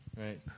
right